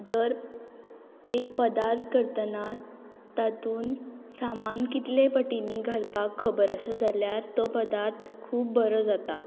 जर एक पदार्थ करतना तातून सामान कितले पटीनी घालपाक खबर आसा जाल्यार तो पदार्थ खूब बरो जाता